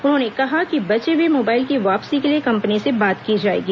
उन्होंने कहा कि बचे हुए मोबाइल की वापसी के लिए कंपनी से बात की जाएगी